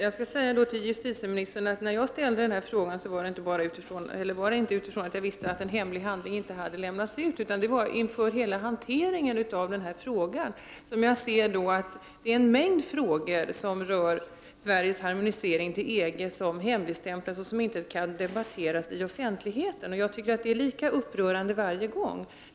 Herr talman! När jag ställde min fråga var det inte med utgångspunkt i att jag visste att en hemlig handling inte hade lämnats ut. I stället gällde det hanteringen av hela denna fråga. Jag ser då att det är en mängd frågor som rör Sveriges harmonisering till EG som har hemligstämplats och som inte kan debatteras i offentligheten. Jag tycker att det är lika upprörande varje gång.